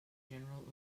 general